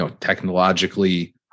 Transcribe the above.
technologically